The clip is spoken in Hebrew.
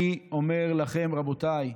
אני אומר לכם, רבותיי,